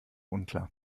unklar